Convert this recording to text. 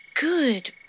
good